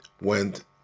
went